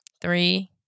Three